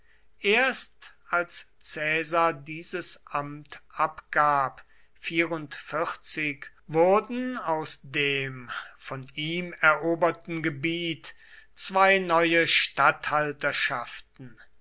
erst als caesar dieses amt abgab wurden aus dem von ihm eroberten gebiet zwei neue